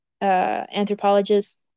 anthropologist